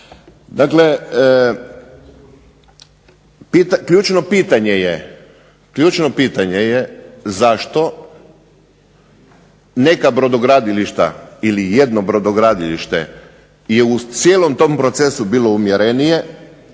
Dakle, ključno pitanje je zašto neka brodogradilišta ili jedno brodogradilište je u cijelom tom procesu bilo umjerenije,